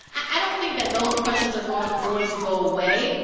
i don't think that those questions are going going to go away,